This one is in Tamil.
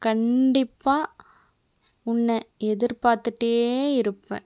கண்டிப்பாக உன்னை எதிர்பார்த்துகிட்டே இருப்பேன்